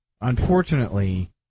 Unfortunately